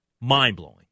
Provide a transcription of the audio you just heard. mind-blowing